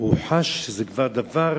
הוא חש שזה כבר דבר